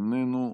איננו,